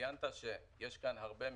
ציינת שיש כאן הרבה מקרים.